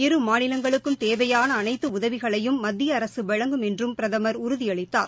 இரு மாநிலங்களுக்கும் தேவையான அனைத்து உதவிகளையும் மத்திய அரசு வழங்கும் என்றும் பிரதமர் உறுதியளித்தார்